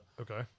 Okay